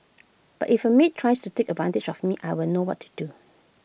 but if A maid tries to take advantage of me I'll know what to do